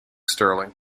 stirling